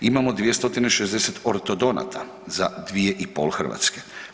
Imamo 260 ortodonata za 2,5 Hrvatske.